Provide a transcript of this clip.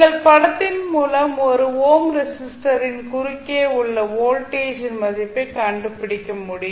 நீங்கள் படத்தின் மூலம் 1 ஓம் ரெஸிஸ்டரின் குறுக்கே உள்ள வோல்டேஜின் மதிப்பை கண்டுபிடிக்க வேண்டும்